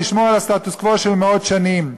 לשמור על הסטטוס-קוו של מאות שנים,